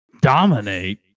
Dominate